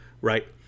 right